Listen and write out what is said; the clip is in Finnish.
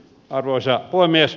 arvoisa puhemies